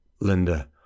Linda